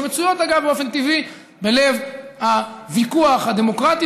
שאגב מצויות באופן טבעי בלב הוויכוח הדמוקרטי,